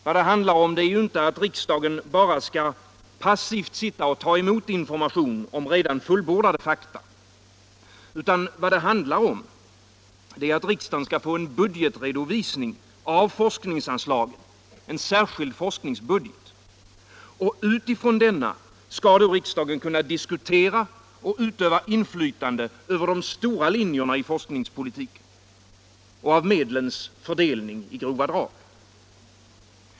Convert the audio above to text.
Vad det handlar om är ju inte att riksdagen bara skall passivt sitta och ta emot information om redan fullbordade fakta. Vad det handlar om är att riksdagen skall få en budgetredovisning av forskningsanslagen — en särskild forskningsbudget. Utifrån denna skall riksdagen kunna diskutera och utöva inflytande över de stora linjerna i forskningspolitiken och av medlens fördelning i grova drag.